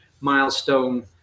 milestone